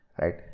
right